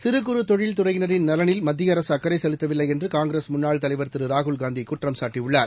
சிறு குறு தொழில் துறையினரின் நலனில் மத்தியஅரசுஅக்கறைசெலுத்தவில்லைஎன்றுணங்கிரஸ் முன்னாள் தலைவர் திருராகுல்காந்திகுற்றம் சாட்டியுள்ளார்